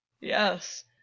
Yes